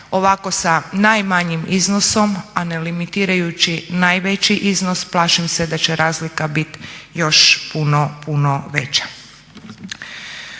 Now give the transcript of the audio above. ovako sa najmanjim iznosom a ne limitirajući najveći iznos plašim se da će razlika biti još puno, puno veća.